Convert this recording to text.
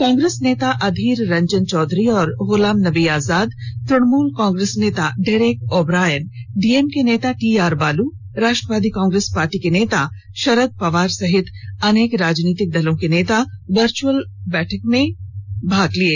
कांग्रेस नेता अधीर रंजन चौधरी और गुलाम नबी आजाद तृणमूल कांग्रेस नेता डेरेक ओ ब्रायन डीएमके नेता टीआर बालू राष्ट्रवादी कांग्रेस पार्टी के नेता शरद पवार सहित अनेक राजनीतिक दलों के नेता वर्चुअल बैठक में हिस्सा लिया